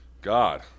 God